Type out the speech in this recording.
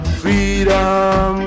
freedom